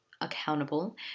accountable